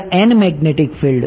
ત્યાં n magnetic field